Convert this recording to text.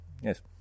yes